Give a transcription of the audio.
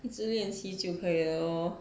一直练习就可以了 lor